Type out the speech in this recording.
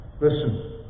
Listen